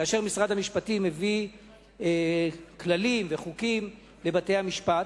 כאשר משרד המשפטים הביא כללים וחוקים לבתי-המשפט,